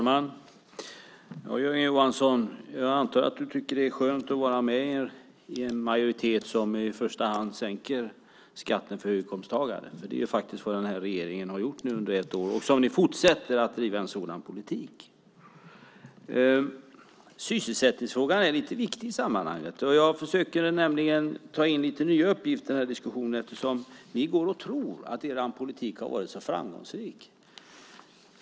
Fru talman! Jag antar att du tycker att det är skönt att vara med i en majoritet som i första hand sänker skatten för höginkomsttagare, Jörgen Johansson. Det är faktiskt vad den här regeringen har gjort i ett år. Ni fortsätter att driva en sådan politik. Sysselsättningsfrågan är viktig i sammanhanget. Jag försöker att föra in lite nya uppgifter i diskussionen eftersom ni tror att er politik har varit så framgångsrik.